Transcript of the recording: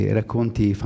racconti